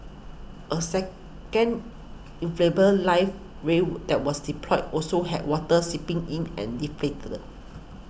a second life ray woo that was deployed also had water seeping in and deflated